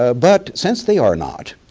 ah but since they are not,